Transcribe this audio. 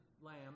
lamb